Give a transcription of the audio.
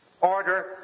order